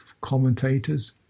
commentators